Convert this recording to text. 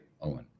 Owen